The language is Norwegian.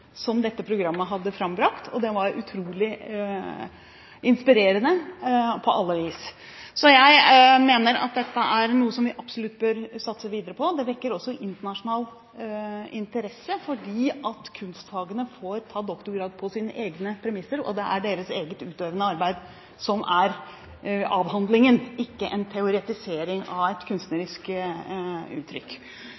doktorgrader dette programmet hadde frambrakt. Det var utrolig inspirerende på alle vis. Jeg mener at dette er noe vi absolutt bør satse videre på. Det vekker også internasjonal interesse, fordi kunstfagene får ta doktorgrad på sine egne premisser, og det er deres eget utøvende arbeid som er avhandlingen, ikke en teoretisering av et